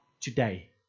today